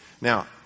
Now